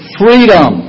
freedom